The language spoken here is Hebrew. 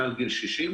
מעל גיל 60,